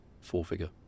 four-figure